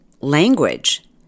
language